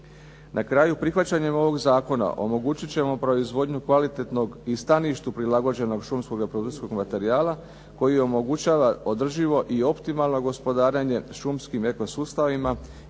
Na kraju, prihvaćanjem ovog zakona omogućiti ćemo proizvodnju kvalitetnog i staništu prilagođenog šumskog reprodukcijskog materijala koji omogućava održivo i optimalno gospodarenje šumskim eko sustavima